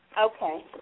Okay